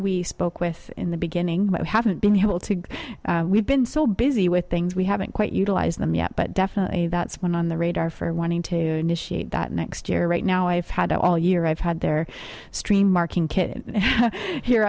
we spoke with in the beginning but haven't been able to we've been so busy with things we haven't quite utilized them yet but definitely that's one on the radar for wanting to initiate that next year right now i've had all year i've had their stream marking kid here